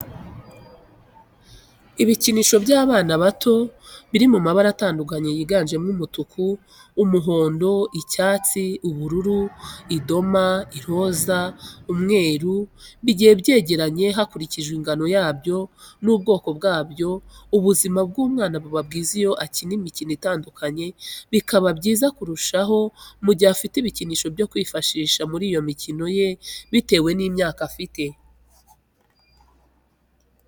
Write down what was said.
Ibikinisho by'abana bato biri mu mabara atandukanye yiganjemo umutuku, umuhondo, icyatsi, ubururu, idoma, iroza, umweru, bigiye byegeranye hakurikijwe ingano yabyo n'ubwokobwabyo ubuzima bw'umwana buba bwiza iyo akina imikino itandukanye, bikaba byiza kurushaho mu gihe afite ibikinisho byo kwifashisha muri iyo mikino ye bitewe n'imyaka afite.